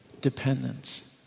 dependence